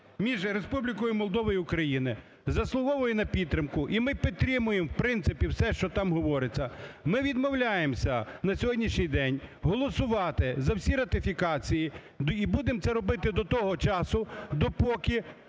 між Республікою Молдова і Україною заслуговує на підтримку, і ми підтримуємо, в принципі, все, що там говориться, ми відмовляємося на сьогоднішній день голосувати за всі ратифікації, і будемо це робити до того часу, допоки